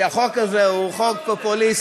פופוליסטי.